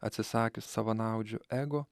atsisakius savanaudžių ego